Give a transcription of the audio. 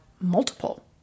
multiple